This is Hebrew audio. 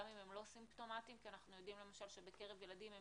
גם אם הם לא סימפטומטיים כי אנחנו יודעים למשל שבקרב ילדים,